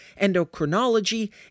endocrinology